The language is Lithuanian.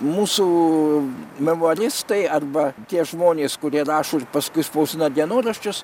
mūsų memuaristai arba tie žmonės kurie rašo ir paskui spausdina dienoraščius